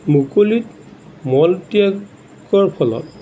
মুকলিত মলত্যাগৰ ফলত